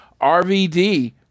RVD